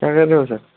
क्या कर रहे हो सर